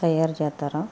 తయారు చేస్తారు